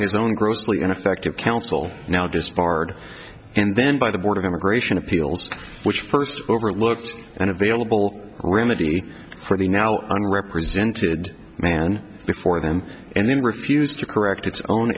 his own grossly ineffective counsel now just barred and then by the board of immigration appeals which first over looked and available remedy for the now on represented man before them and then refused to correct its own